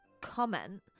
comment